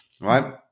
right